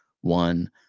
one